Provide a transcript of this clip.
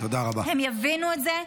הם יבינו את זה.